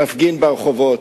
מפגין ברחובות,